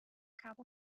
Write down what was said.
capo